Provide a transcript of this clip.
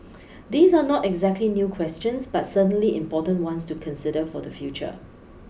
these are not exactly new questions but certainly important ones to consider for the future